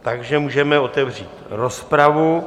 Takže můžeme otevřít rozpravu.